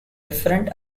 different